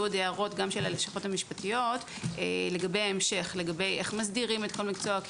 הערות של הלשכות המשפטיות לגבי ההמשך איך מסדירים כל מקצוע,